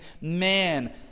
man